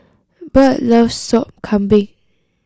Bert loves Sop Kambing